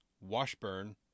Washburn